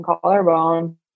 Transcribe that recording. collarbone